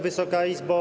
Wysoka Izbo!